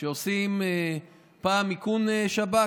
כשעושים פעם איכון שב"כ,